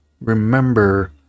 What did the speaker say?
remember